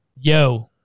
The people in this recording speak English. yo